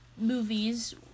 movies